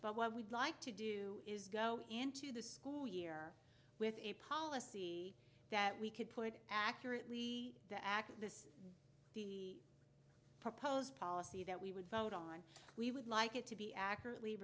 what we'd like to do is go into the school year with a policy that we could put accurately the aca this proposed policy that we would vote on we would like it to be accurately